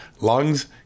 lungs